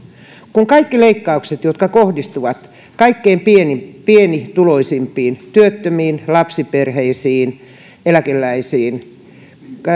kun kaikki leikkaukset jotka kohdistuvat kaikkein pienituloisimpiin työttömiin lapsiperheisiin eläkeläisiin